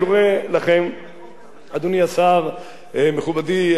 אדוני השר, מכובדי שר המשפטים,